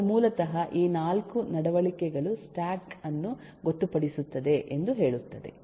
ಅದು ಮೂಲತಃ ಈ 4 ನಡವಳಿಕೆಗಳು ಸ್ಟಾಕ್ ಅನ್ನು ಗೊತ್ತುಪಡಿಸುತ್ತದೆ ಎಂದು ಹೇಳುತ್ತದೆ